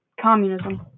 communism